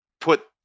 put